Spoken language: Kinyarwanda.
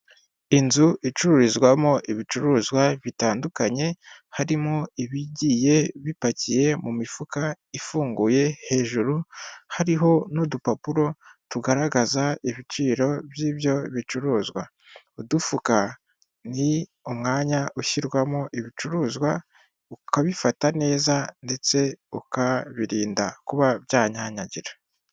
Inzu icururizwamo ibicuruzwa bitandukanye harimo ibigiye bipakiye mu mifuka ifunguye hejuru hariho n'udupapuro tugaragaza ibiciro by'ibyo bicuruzwa. Udufuka ni umwanya ushyirwamo ibicuruzwa ukabifata neza ndetse ukabirinda kuba byanyanyagira.